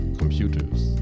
computers